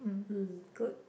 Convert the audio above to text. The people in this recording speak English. mm good